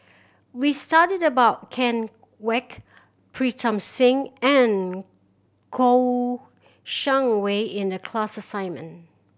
we studied about Ken Kwek Pritam Singh and Kouo Shang Wei in the class assignment